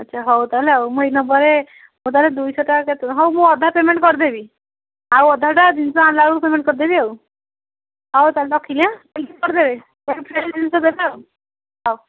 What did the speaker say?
ଆଚ୍ଛା ହଉ ତାହେଲେ ଆଉ ମୁଁ ଏଇ ନମ୍ବରରେ ହଉ ତାହେଲେ ଦୁଇ ଶହଟା ହଉ ମୁଁ ଅଧା ପ୍ୟାମେଣ୍ଟ୍ କରିଦେବି ଆଉ ଅଧାଟା ଜିନିଷ ଆଣିଲାବେଳକୁ ପ୍ୟାମେଣ୍ଟ୍ କରିଦେବି ଆଉ ହଉ ତାହେଲେ ରଖିଲି ଜିନିଷ ଦେବେ ବହୁତ କରି ଜିନିଷ ଦେବେ ହଉ